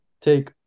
take